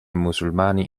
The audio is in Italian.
musulmani